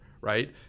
right